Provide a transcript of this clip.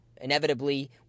inevitably